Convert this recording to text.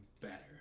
better